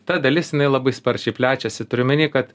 ta dalis jinai labai sparčiai plečiasi turiu omeny kad